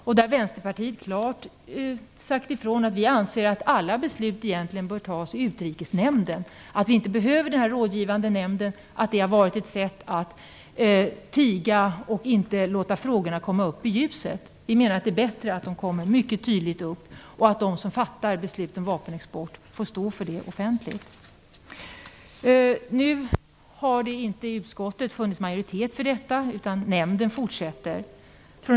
Vi från Vänsterpartiet har klart sagt ifrån att vi anser att alla beslut egentligen borde fattas i Utrikesnämnden, att vi inte behöver den rådgivande nämnden, att det har varit ett sätt att tiga och inte låta frågorna komma upp i ljuset. Vi menar att det är bättre att de kommer upp mycket tydligt, och att de som fattar beslut om vapenexport får stå för det offentligt. I utskottet har inte funnits majoritet för detta, utan nämnden fortsätter.